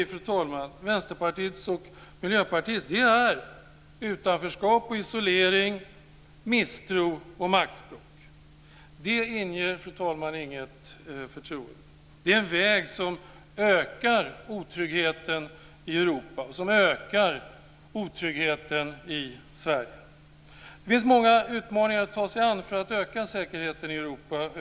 Vänsterpartiets och Miljöpartiets alternativ är utanförskap och isolering, misstro och maktspråk. Det inger inget förtroende. Det är en väg som ökar otryggheten i Europa och i Det finns många utmaningar att ta sig an för att öka säkerheten i Europa.